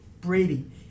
Brady